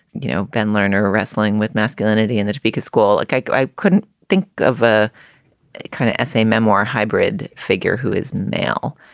you know, ben lerner wrestling with masculinity and the topeka school. like i couldn't think of a kind of essay, memoir, hybrid figure. who is male.